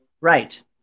Right